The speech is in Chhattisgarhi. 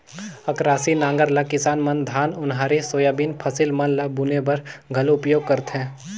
अकरासी नांगर ल किसान मन धान, ओन्हारी, सोयाबीन फसिल मन ल बुने बर घलो उपियोग करथे